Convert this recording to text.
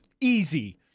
easy